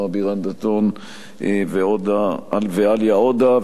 נועה בירן-דדון ועאליה עודה,